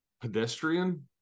pedestrian